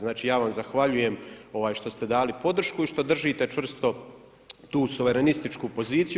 Znači ja vam zahvaljujem što ste dali podršku i što držite čvrsto tu suverenističku poziciju.